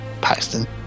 paxton